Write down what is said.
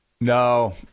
No